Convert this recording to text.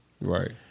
Right